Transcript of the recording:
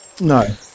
No